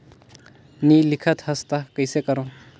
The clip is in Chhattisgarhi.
नी लिखत हस ता कइसे करू?